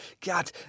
God